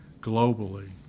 globally